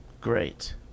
Great